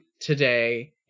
today